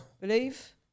believe